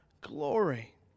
glory